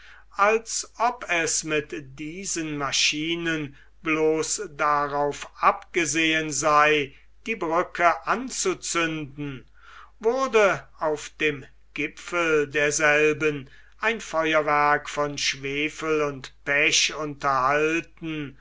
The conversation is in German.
als ob es mit diesen maschinen bloß darauf abgesehen sei die brücke anzuzünden wurde auf dem gipfel derselben ein feuerwerk von schwefel und pech unterhalten